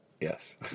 Yes